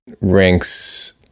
ranks